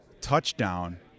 touchdown